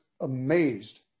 Amazed